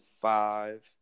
five